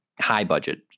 high-budget